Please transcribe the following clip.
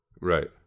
Right